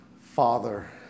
Father